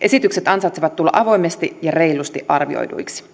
esitykset ansaitsevat tulla avoimesti ja reilusti arvioiduiksi